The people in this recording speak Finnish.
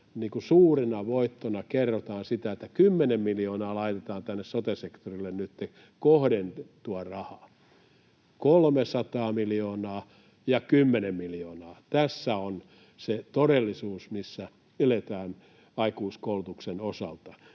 suurena voittona kerrotaan sitä, että 10 miljoonaa laitetaan tänne sote-sektorille nyt kohdennettua rahaa. 300 miljoonaa ja 10 miljoonaa — tässä on se todellisuus, missä eletään aikuiskoulutuksen osalta,